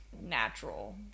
natural